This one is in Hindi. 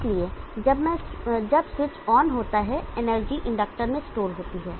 इसलिए जब स्विच ऑन होता है एनर्जी इंडक्टर में स्टोर होती है